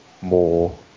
more